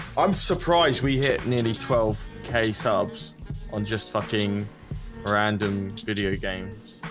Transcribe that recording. i'm surprised we hit nearly twelve k subs on just fucking a random video games